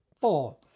four